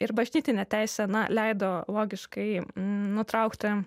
ir bažnytinė teisė na leido logiškai nutraukti